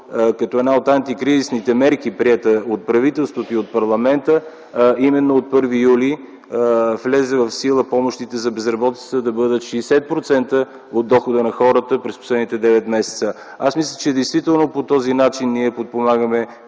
като една от антикризисните мерки, приета от правителството и от парламента, а именно от 1 юли влезе в сила помощите за безработица да бъдат 60% от дохода на хората през последните девет месеца. Аз мисля, че действително по този начин ние подпомагаме